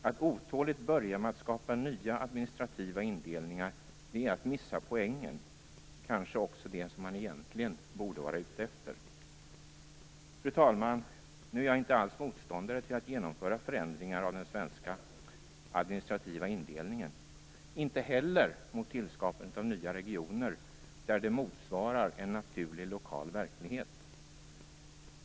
Att otåligt börja med att skapa nya administrativa indelningar är att missa poängen och kanske också det som man egentligen borde vara ute efter. Fru talman! Nu är jag inte alls motståndare till att genomföra förändringar av den svenska administrativa indelningen, inte heller till skapandet av nya regioner, där detta motsvarar en naturlig, lokal verklighet.